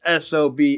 SOB